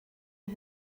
and